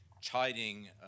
chiding